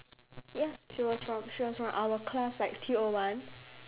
ya she was from she was from our class like T O one